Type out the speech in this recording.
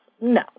No